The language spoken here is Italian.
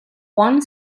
juan